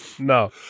No